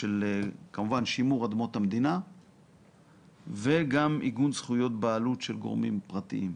כמובן שימור אדמות המדינה וגם עיגון זכויות בעלות של גורמים פרטיים.